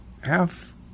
half